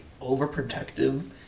overprotective